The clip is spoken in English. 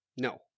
No